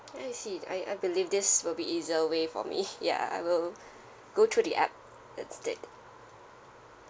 I see I I believe this will be easier way for me ya I will go through the app that's it